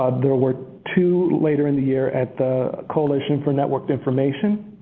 ah there were two later in the year at the coalition for networked information